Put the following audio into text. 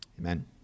amen